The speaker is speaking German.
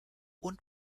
und